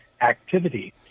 activity